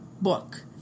Book